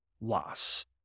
loss